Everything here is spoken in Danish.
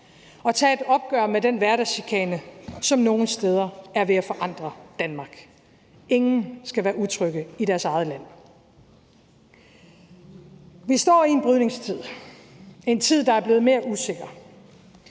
og tage et opgør med den hverdagschikane, som nogle steder er ved at forandre Danmark. Ingen skal være utrygge i deres eget land. Vi står i en brydningstid – en tid, der er blevet mere usikker.